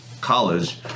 college